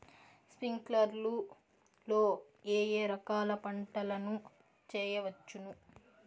స్ప్రింక్లర్లు లో ఏ ఏ రకాల పంటల ను చేయవచ్చును?